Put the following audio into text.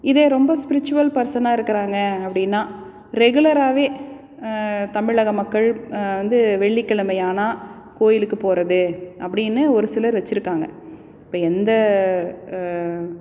இதே ரொம்ப ஸ்பிருச்சுவல் பர்ஸனாக இருக்கிறாங்க அப்படின்னா ரெகுலராகவே தமிழக மக்கள் வந்து வெள்ளிக்கிழமை ஆனால் கோயிலுக்கு போகிறது அப்படின்னு ஒரு சிலர் வச்சிருக்காங்க இப்போ எந்த